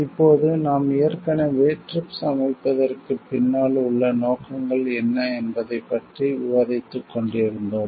இப்போது நாம் ஏற்கனவே TRIPS அமைப்பதற்குப் பின்னால் உள்ள நோக்கங்கள் என்ன என்பதைப் பற்றி விவாதித்துக் கொண்டிருந்தோம்